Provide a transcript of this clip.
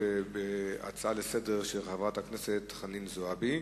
בהצעה לסדר-היום של חברת הכנסת חנין זועבי.